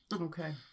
okay